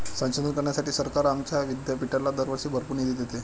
संशोधन करण्यासाठी सरकार आमच्या विद्यापीठाला दरवर्षी भरपूर निधी देते